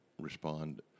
respond